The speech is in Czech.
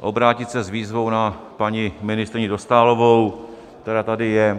obrátit se s výzvou na paní ministryni Dostálovou, která tady je.